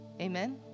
Amen